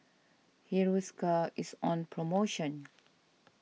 Hiruscar is on promotion